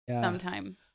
sometime